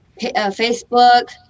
Facebook